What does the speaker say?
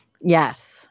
Yes